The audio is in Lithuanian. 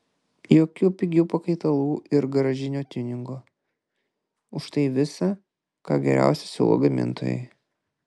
jokių pigių pakaitalų ir garažinio tiuningo užtai visa ką geriausia siūlo gamintojai